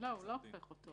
הוא לא הופך אותו.